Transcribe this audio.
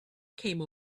came